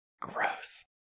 Gross